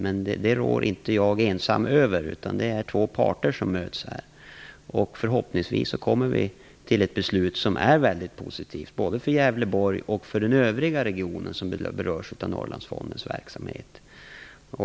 Men jag ensam rår inte över det, utan det är, som sagt, två parter som möts här. Förhoppningsvis kommer vi fram till ett beslut som är mycket positivt både för Gävleborgs län och för övriga regioner som berörs av Norrlandsfondens verksamhet.